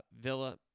Villa